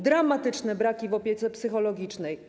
Dramatyczne braki w opiece psychologicznej.